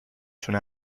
تونه